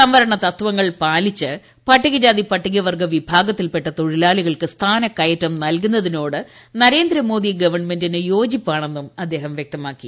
സംവരണ തത്വങ്ങൾ പാലിച്ച് പട്ടികജാതി പട്ടികവർഗ്ഗ വിഭാഗത്തിൽപ്പെട്ട തൊഴിലാളികൾക്ക് സ്ഥാന കയറ്റം നൽകുന്നതിനോട് നരേന്ദ്രമോദി ഗവൺമെന്റിന് യോജിപ്പാണെന്നും അദ്ദേഹം വൃക്തമാക്കി